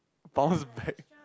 bounce back